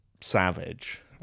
savage